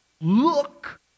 look